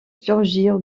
surgir